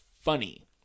funny